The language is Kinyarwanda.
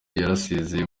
yarasezeye